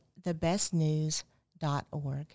thebestnews.org